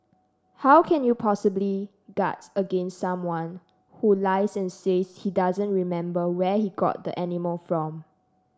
how can you possibly guards against someone who lies and says he doesn't remember where he got the animal from